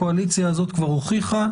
הקואליציה הזאת כבר הוכיחה,